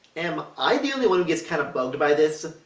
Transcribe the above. am i the only one who gets kind of bugged by this?